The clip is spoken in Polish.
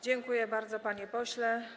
Dziękuję bardzo, panie pośle.